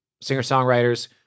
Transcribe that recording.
singer-songwriters